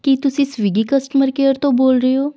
ਕੀ ਤੁਸੀਂ Swiggy customer care ਤੋਂ ਬੋਲ ਰਹੇ ਹੋ